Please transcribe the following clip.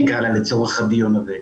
נקרא לה כך לצורך הדיון הזה.